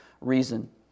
reason